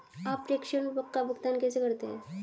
आप प्रेषण का भुगतान कैसे करते हैं?